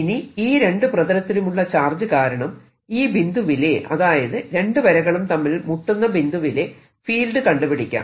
ഇനി ഈ രണ്ടു പ്രതലത്തിലുമുള്ള ചാർജ് കാരണം ഈ ബിന്ദുവിലെ അതായത് രണ്ടു വരകളും തമ്മിൽ മുട്ടുന്ന ബിന്ദുവിലെ ഫീൽഡ് കണ്ടുപിടിക്കാം